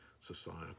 society